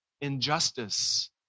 injustice